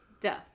Duh